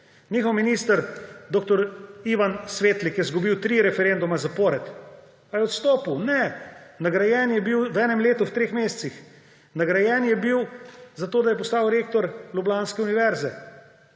Njihov minister dr. Ivan Svetlik je izgubil tri referendume zapored. Ali je odstopil? Ne, nagrajen je bil v enem letu, v treh mesecih. Nagrajen je bil zato, da je postal rektor Ljubljanske univerze;